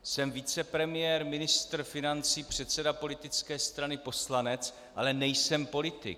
Jsem vicepremiér, ministr financí, předseda politické strany, poslanec, ale nejsem politik.